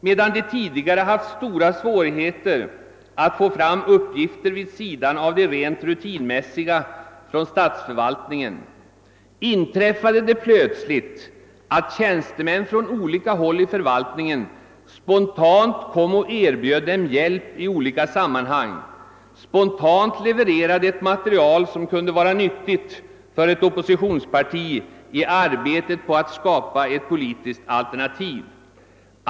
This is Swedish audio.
Medan de tidigare haft stora svårigheter att få fram uppgifter vid sidan av de rent rutinmässiga från statsförvaltningen, inträffade det plötsligt att tjänstemän på olika håll i förvaltningen spontant kom och erbjöd dem hjälp i olika sammanhang, spontant levererade ett material som kunde vara nyttigt för ett oppositionsparti i arbetet på att skapa ett politiskt alternativ.